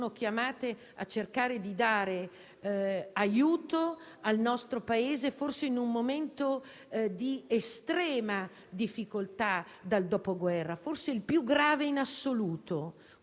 chiamate a cercare di dare aiuto al nostro Paese in un momento di estrema difficoltà, forse il più grave in assoluto